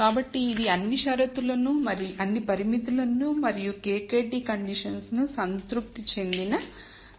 కాబట్టి ఇది అన్ని పరిమితులు మరియు KKT కండిషన్లు సంతృప్తి చెందిన సందర్భం